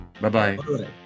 bye-bye